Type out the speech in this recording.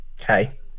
Okay